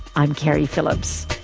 i'm keri phillips